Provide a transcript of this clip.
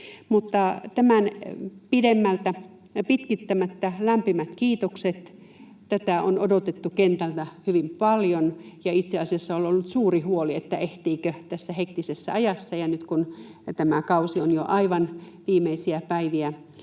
tätä pitkittämättä lämpimät kiitokset. Tätä on odotettu kentältä hyvin paljon, ja itse asiassa on ollut suuri huoli, ehtiikö tässä hektisessä ajassa, nyt kun tämä kausi on jo aivan viimeisiä päiviä